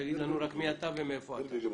תגיד לנו רק מי אתה ומאיפה אתה.